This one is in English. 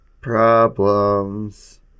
problems